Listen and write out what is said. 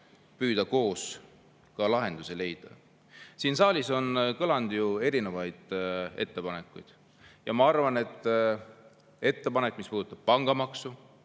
püüda koos lahendusi leida. Siin saalis on kõlanud erinevaid ettepanekuid. Ma arvan, et ettepanek, mis puudutab pangamaksu,